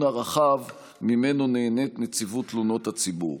הרחב שממנו נהנית נציבות תלונות הציבור.